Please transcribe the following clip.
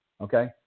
okay